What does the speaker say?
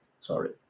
Sorry